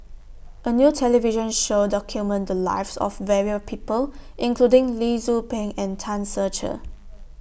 A New television Show documented Lives of various People including Lee Tzu Pheng and Tan Ser Cher